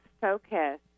focus